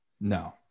No